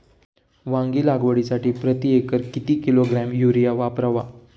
वांगी लागवडीसाठी प्रती एकर किती किलोग्रॅम युरिया वापरावा?